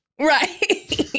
right